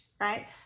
right